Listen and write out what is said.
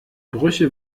brüche